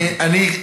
אדוני,